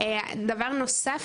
דבר נוסף,